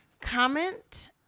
comment